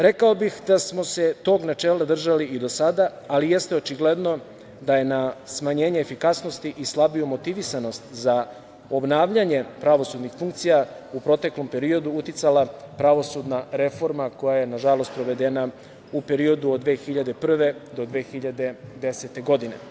Rekao bih da smo se tog načela držali i do sada, ali jeste očigledno da je na smanjenje efikasnosti i slabiju motivisanost za obnavljanje pravosudnih funkcija u proteklom periodu uticala pravosudna reforma koja je na žalost sprovedena u periodu od 2001. do 2010. godine.